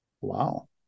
Wow